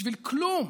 בשביל כלום.